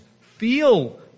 feel